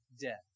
death